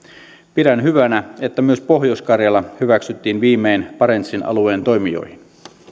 pidän hyvänä että myös pohjois karjala hyväksyttiin viimein barentsin alueen toimijoihin